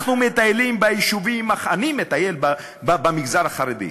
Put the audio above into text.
אני מטייל במגזר החרדי,